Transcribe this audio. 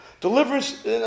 Deliverance